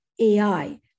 AI